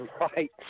right